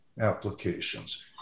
applications